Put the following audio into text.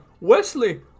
Wesley